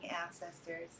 ancestors